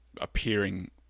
appearing